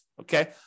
Okay